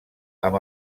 amb